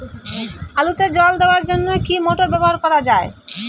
আলুতে জল দেওয়ার জন্য কি মোটর ব্যবহার করা যায়?